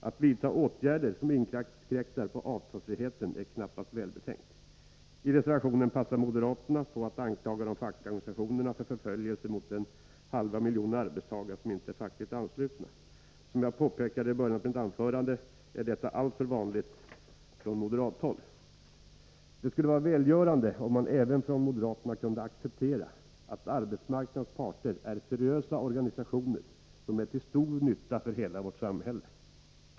Att vidta åtgärder som inkräktar på avtalsfriheten är knappast välbetänkt. I reservationen passar moderaterna på att anklaga de fackliga organisationerna för förföljelse av den halva miljon arbetstagare som inte är fackligt anslutna. Som jag påpekade i början av mitt anförande är detta alltför vanligt från moderat håll. Det skulle vara välgörande om även moderaterna kunde acceptera att arbetsmarknadens parter är seriösa organisationer som är till stor nytta för hela vårt samhälle.